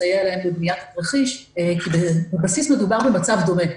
ולסייע להם בבניית התרחיש כי בבסיס מדובר במצב דומה.